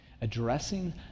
addressing